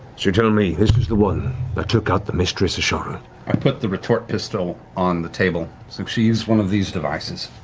you're telling me, this is the one that took out the mistress asharru? taliesin i put the retort pistol on the table. she used one of these devices.